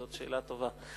זאת שאלה טובה.